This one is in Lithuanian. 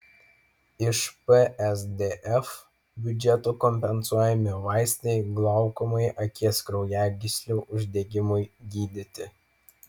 iš psdf biudžeto kompensuojami vaistai glaukomai akies kraujagyslių uždegimui gydyti